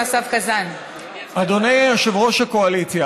אדוני יושב-ראש הקואליציה,